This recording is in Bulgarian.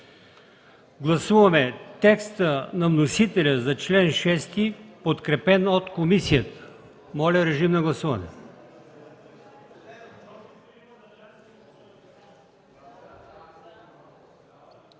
гласуване на текста на вносителя за чл. 8, подкрепен от комисията. Моля, режим на гласуване.